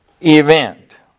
event